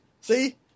See